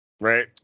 right